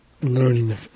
learning